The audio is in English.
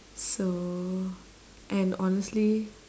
so and honestly